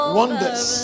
wonders